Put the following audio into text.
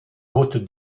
haute